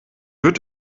wird